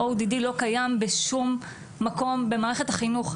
ה- ODDלא קיים בשום מקום במערכת החינוך,